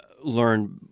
learn